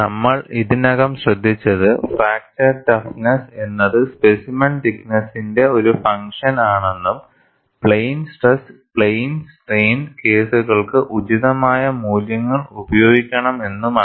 നമ്മൾ ഇതിനകം ശ്രദ്ധിച്ചത് ഫ്രാക്ചർ ടഫ്നെസ്സ് എന്നത് സ്പെസിമെൻ തിക്ക് നെസ്സിന്റെ ഒരു ഫങ്ക്ഷൻ ആണെന്നും പ്ലെയിൻ സ്ട്രെസ്സ് പ്ലെയിൻ സ്ട്രെയിൻ കേസുകൾക്ക് ഉചിതമായ മൂല്യങ്ങൾ ഉപയോഗിക്കണമെന്നുമാണ്